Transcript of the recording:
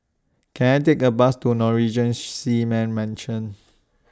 Can I Take A Bus to Norwegian Seamen's Mission